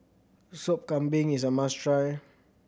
Sop Kambing is a must try